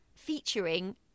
featuring